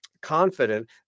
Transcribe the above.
confident